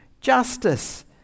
justice